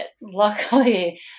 luckily